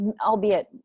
albeit